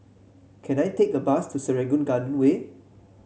can I take a bus to Serangoon Garden Way